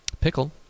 Pickle